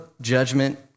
judgment